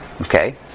Okay